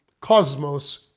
cosmos